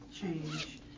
change